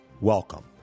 Welcome